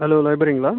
hello லைபரிங்களா